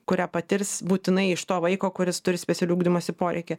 kurią patirs būtinai iš to vaiko kuris turi specialių ugdymosi poreikį